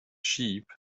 sheep